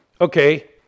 Okay